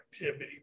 activity